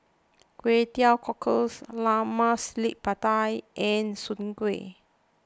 Kway Teow Cockles Lemak Cili Padi and Soon Kueh